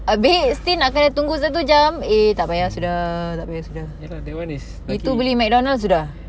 ya lah that one is